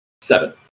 Seven